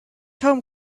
home